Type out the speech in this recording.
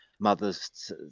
mothers